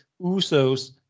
usos